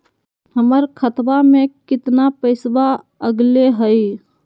हमर खतवा में कितना पैसवा अगले हई?